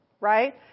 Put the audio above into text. Right